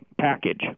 package